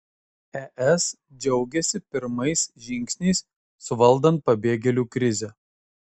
es džiaugiasi pirmais žingsniais suvaldant pabėgėlių krizę